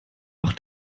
auch